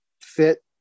fit